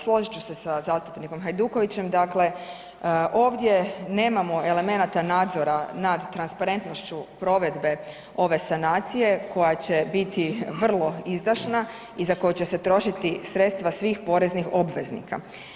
Složit ću se sa zastupnikom Hajdukovićem dakle ovdje nemamo elemenata nadzora nad transparentnošću provedbe ove sanacije koja je će biti vrlo izdašna i za koju će se trošiti sredstva svih poreznih obveznika.